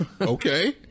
Okay